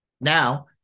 now